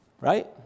right